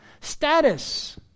status